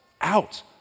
out